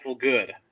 good